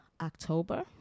October